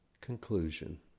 Conclusion